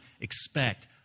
expect